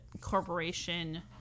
corporation